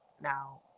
Now